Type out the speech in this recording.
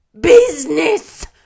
Business